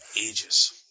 ages